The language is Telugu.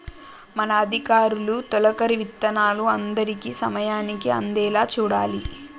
మన అధికారులు తొలకరి విత్తనాలు అందరికీ సమయానికి అందేలా చూడాలి